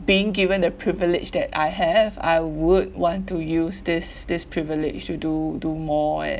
being given the privilege that I have I would want to use this this privilege to do do more at